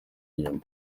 inyuma